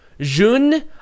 Jun